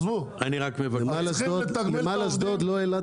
לא נמל אשדוד ולא אף נמל מפסיד כסף.